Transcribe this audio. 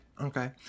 Okay